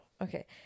okay